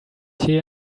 here